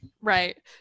Right